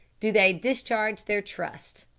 do they discharge their trust,